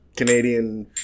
Canadian